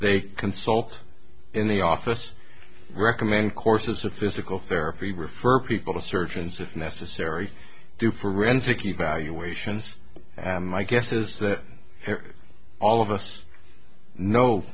they consult in the office recommend courses of physical therapy refer people to surgeons if necessary do forensic evaluations my guess is that all of us no